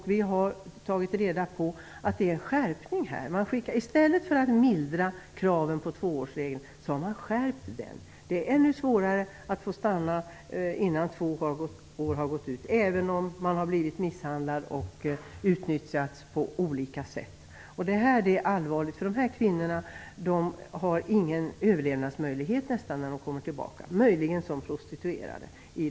Vi har funnit att det är en skärpning här. I stället för att mildra kraven har man skärpt dem. Det är ännu svårare att få stanna innan två år har gått ut, även om man har blivit misshandlad och utnyttjad på olika sätt. Det är allvarligt för kvinnor som inte har någon överlevnadsmöjlighet när de kommer tillbaka till sitt hemland - möjligen som prostituerade.